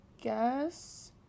guess